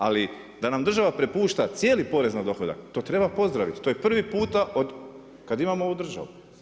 Ali da nam država prepušta cijeli porez na dohodak, to treba pozdraviti, to je prvi puta od kada imamo ovu državu.